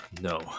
No